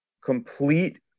complete